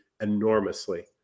enormously